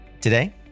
Today